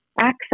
access